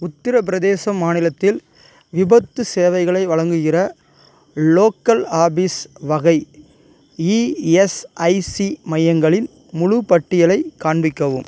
உத்தரப்பிரதேச மாநிலத்தில் விபத்து சேவைகளை வழங்குகிற லோக்கல் ஆஃபீஸ் வகை இஎஸ்ஐசி மையங்களின் முழு பட்டியலை காண்பிக்கவும்